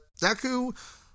Deku